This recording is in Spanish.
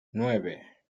nueve